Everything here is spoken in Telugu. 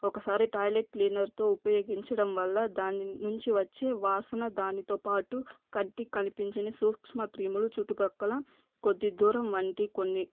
ఒకసారి టాయిలెట్ క్లినర్తో ఉపయోగించడం వల్ల దాని నుంచి వచ్చే వాసన దానితో పాటు కంటికి కనిపించని సూక్ష్మ క్రిములు చుట్టుపక్కల కొద్ది దూరం వంటి కొన్ని